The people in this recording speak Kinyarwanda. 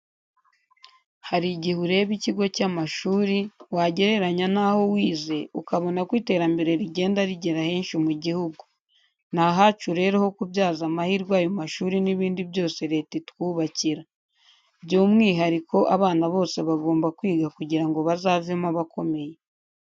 Hari igihe ureba ikigo cy'amashuri, wagereranya n'aho wize, ukabona ko iterambere rigenda rigera henshi mu gihugu. Ni ahacu rero ho kubyaza amahirwe ayo mashuri n'ibindi byose Leta itwubakira. By'umwihariko, abana bose bagomba kwiga kugira ngo bazavemo abakomeye.